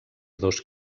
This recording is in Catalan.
dos